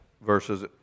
verses